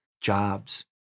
jobs